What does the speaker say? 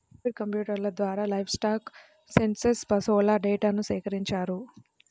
tablet కంప్యూటర్ల ద్వారా livestock census పశువుల డేటాను సేకరించారు